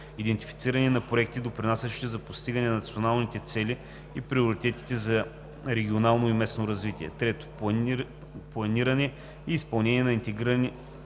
идентифициране на проекти, допринасящи за постигане на националните цели и приоритетите за регионално и местно развитие; 3. планиране и изпълнение на интегрирани